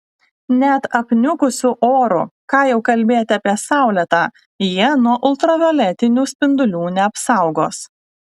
net apniukusiu oru ką jau kalbėti apie saulėtą jie nuo ultravioletinių spindulių neapsaugos